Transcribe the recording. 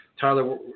Tyler